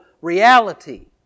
reality